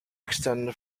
extend